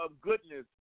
goodness